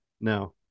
No